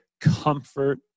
comfort